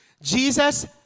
Jesus